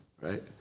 right